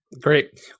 Great